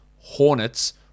Hornets